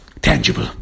tangible